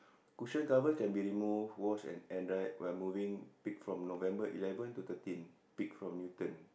cushion covers can be removed washed and air dried we are moving pick from November eleven to thirteen pick from Newton